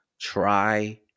try